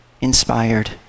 inspired